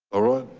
alright,